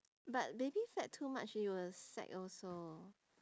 but baby fat too much it will sag also